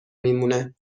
میمونه